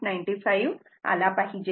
95 आला पाहिजे